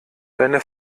deine